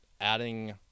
adding